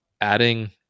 adding